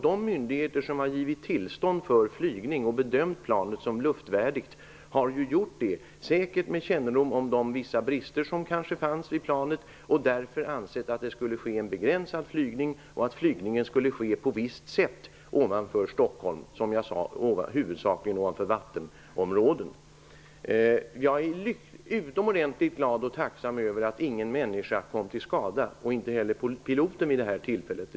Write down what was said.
De myndigheter som har givit tillstånd till flygning och bedömt planet som luftvärdigt har säkert gjort detta med kännedom om de brister som kanske fanns i planet. De har därför ansett att det skulle ske en begränsad flygning och att flygningen skulle ske på ett visst sätt, huvudsakligen över vattenområden i Stockholm. Jag är utomordentligt glad och tacksam över att ingen människa kom till skada och över att inte heller piloten skadades.